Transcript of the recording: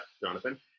jonathan